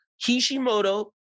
Kishimoto